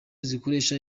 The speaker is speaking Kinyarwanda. zikoresha